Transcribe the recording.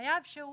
חייב שהוא